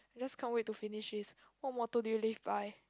let's come wait to finish this what motto do you live by